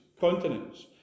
continents